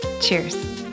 Cheers